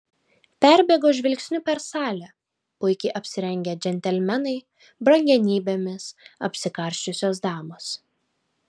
perbėgo žvilgsniu per salę puikiai apsirengę džentelmenai brangenybėmis apsikarsčiusios damos